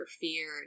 feared